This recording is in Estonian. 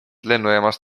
lennujaamas